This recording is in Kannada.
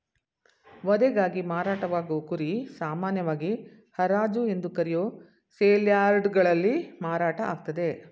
ವಧೆಗಾಗಿ ಮಾರಾಟವಾಗೋ ಕುರಿ ಸಾಮಾನ್ಯವಾಗಿ ಹರಾಜು ಎಂದು ಕರೆಯೋ ಸೇಲ್ಯಾರ್ಡ್ಗಳಲ್ಲಿ ಮಾರಾಟ ಆಗ್ತದೆ